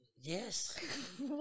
Yes